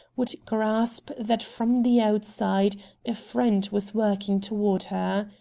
would grasp that from the outside a friend was working toward her.